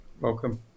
Welcome